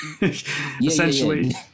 essentially